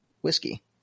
whiskey